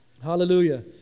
Hallelujah